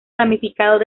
ramificados